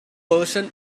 person